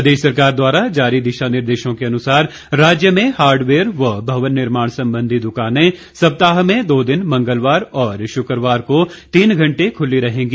प्रदेश सरकार द्वारा जारी दिशा निर्देशों के अनुसार राज्य में हार्डवेयर व भवन निर्माण संबंधी दुकानें सप्ताह में दो दिन मंगलवार और शुक्रवार को तीन घंटे खुली रहेंगी